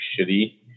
shitty